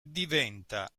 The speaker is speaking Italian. diventa